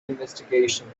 investigations